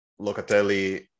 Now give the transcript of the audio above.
Locatelli